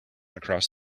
across